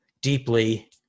deeply